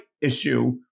issue